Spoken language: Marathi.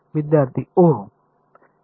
विद्यार्थी ओह